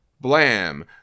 Blam